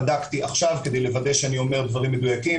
בדקתי עכשיו כדי לוודא שאני אומר דברים מדויקים.